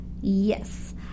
Yes